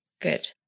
good